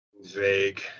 Vague